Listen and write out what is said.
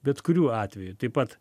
bet kuriuo atveju taip pat